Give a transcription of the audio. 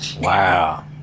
wow